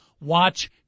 watch